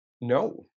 No